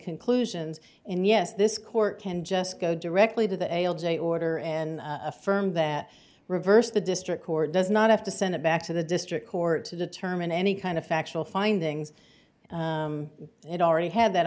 conclusions and yes this court can just go directly to the ale day order and affirmed that reversed the district court does not have to send it back to the district court to determine any kind of factual findings it already had that